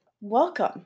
welcome